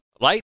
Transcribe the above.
light